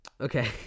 Okay